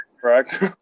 correct